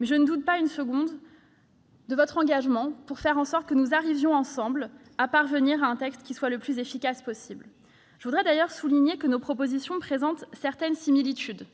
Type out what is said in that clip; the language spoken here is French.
mais je ne doute pas une seconde de votre engagement pour faire en sorte que nous parvenions ensemble à un texte qui soit le plus efficace possible. Je voudrais d'ailleurs souligner que nos propositions présentent certaines similitudes.